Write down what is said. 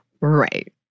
right